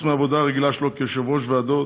חוץ מהעבודה הרגילה שלו כיושב-ראש ועדות,